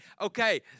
okay